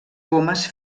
pomes